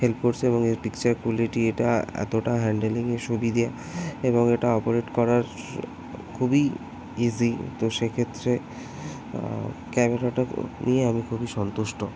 help করছে এবং এর পিকচার কোয়ালিটি এটা এতটা হ্যান্ডেলিংয়ের সুবিধে এবং এটা অপরেট করার স খুবই ইজি তো সে ক্ষেত্রে ক্যামেরাটা গ নিয়ে আমি খুবই সন্তুষ্ট